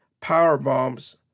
powerbombs